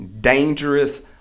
dangerous